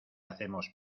hacemos